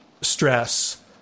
stress